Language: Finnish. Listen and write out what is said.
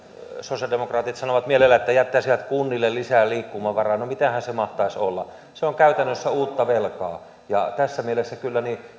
sosiaalidemokraatit sanovat että mielellään jättäisivät kunnille lisää liikkumavaraa no mitähän se mahtaisi olla se on käytännössä uutta velkaa tässä mielessä